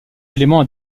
éléments